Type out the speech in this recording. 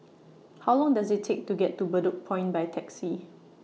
How Long Does IT Take to get to Bedok Point By Taxi